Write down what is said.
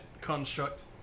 construct